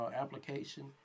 application